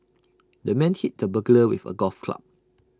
the man hit the burglar with A golf club